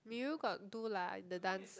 Mirul got do like the dance